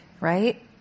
right